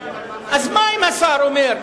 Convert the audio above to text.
אז מה אם השר אומר?